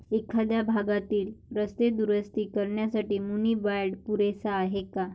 एखाद्या भागातील रस्ते दुरुस्त करण्यासाठी मुनी बाँड पुरेसा आहे का?